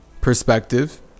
perspective